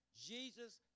Jesus